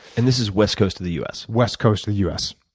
and this is west coast of the u s? west coast of the u s.